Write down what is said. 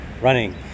running